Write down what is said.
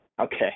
Okay